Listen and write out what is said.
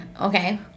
Okay